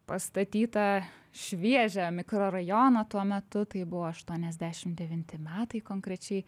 pastatytą šviežią mikrorajoną tuo metu tai buvo aštuoniasdešim devinti metai konkrečiai